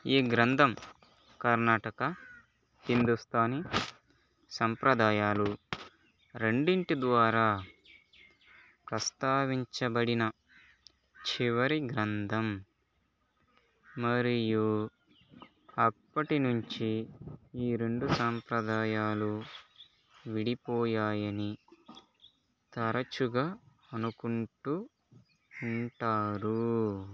ఈ గ్రంథం కర్ణాటక హిందుస్తానీ సంప్రదాయాలు రెండింటి ద్వారా ప్రస్తావించబడిన చివరి గ్రంథం మరియు అప్పటినుంచి ఈ రెండు సంప్రదాయాలు విడిపోయాయని తరచుగా అనుకుంటూ ఉంటారు